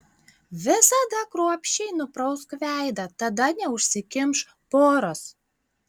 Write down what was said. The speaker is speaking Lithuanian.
visada kruopščiai nuprausk veidą tada neužsikimš poros